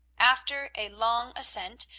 after a long ascent,